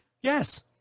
Yes